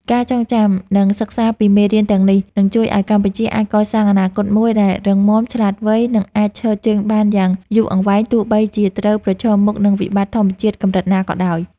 ការចងចាំ និងសិក្សាពីមេរៀនទាំងនេះ នឹងជួយឱ្យកម្ពុជាអាចកសាងអនាគតមួយដែលរឹងមាំ ឆ្លាតវៃ និងអាចឈរជើងបានយ៉ាងយូរអង្វែង ទោះបីជាត្រូវប្រឈមមុខនឹងវិបត្តិធម្មជាតិកម្រិតណាក៏ដោយ។